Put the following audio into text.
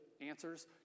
answers